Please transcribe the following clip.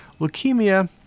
Leukemia